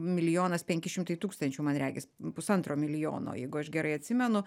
milijonas penki šimtai tūkstančių man regis pusantro milijono jeigu aš gerai atsimenu